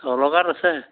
আছে